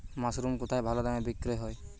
Mushroom কেথায় ভালোদামে বিক্রয় হয়?